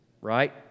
right